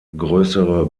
größere